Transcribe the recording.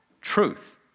truth